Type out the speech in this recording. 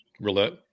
Roulette